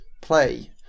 play